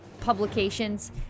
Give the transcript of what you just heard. publications